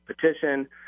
petition